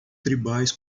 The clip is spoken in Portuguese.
tribais